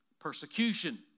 persecution